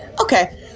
Okay